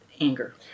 anger